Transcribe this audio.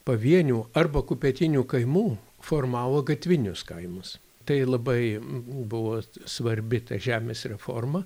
pavienių arba kupetinių kaimų formavo gatvinius kaimus tai labai buvo svarbi ta žemės reforma